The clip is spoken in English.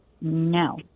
No